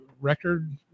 record